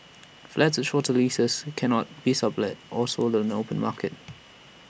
flats with shorter leases cannot be sublet or sold on the no open market